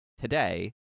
today